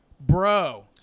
Bro